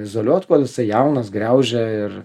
izoliuot kol jisai jaunas graužia ir